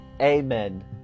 Amen